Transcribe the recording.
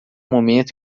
momento